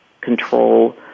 control